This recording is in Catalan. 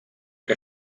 que